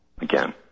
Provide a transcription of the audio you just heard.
again